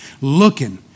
looking